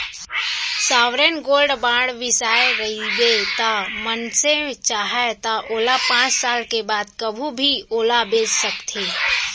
sovereign gold bond बिसाए रहिबे त मनसे चाहय त ओला पाँच साल के बाद कभू भी ओला बेंच सकथे